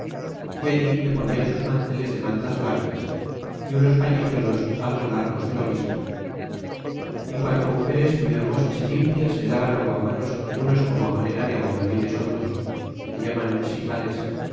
é allí le ponian sus manteles de mantas blancas y unos pañizuelos algo largos de lo mismo y quatro mugeres muy hermosas y limpias le daban aguamanos en unos como á manera de aguamaniles hondos que llaman xicales